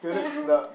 yeah